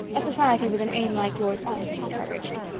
a society with an aim like yours ought to be encouraged.